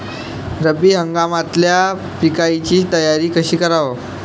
रब्बी हंगामातल्या पिकाइची तयारी कशी कराव?